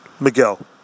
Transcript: Miguel